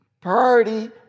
Priority